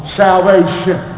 salvation